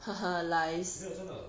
ha ha lies